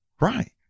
Right